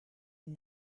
een